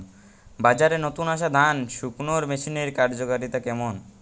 বাজারে নতুন আসা ধান শুকনোর মেশিনের কার্যকারিতা কেমন?